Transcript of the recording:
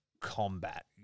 Combat